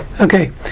Okay